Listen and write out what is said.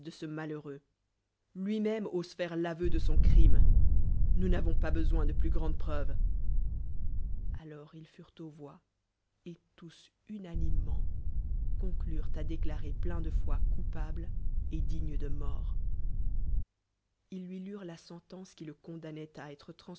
ce malheureux lui-même ose faire l'aveu de son crime nous n'avons pas besoin de plus grandes preuves alors il fured t aux vlsix et tous unanime ment condorcnt à déclarer plein defoi ébbpable et digne de mort ils lui jurent la seoteuce qui le eondam doit a tre